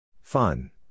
Fun